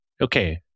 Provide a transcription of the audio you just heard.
Okay